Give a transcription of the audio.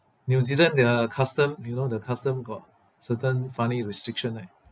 new zealand their custom you know the custom got certain funny restriction right